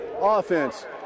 Offense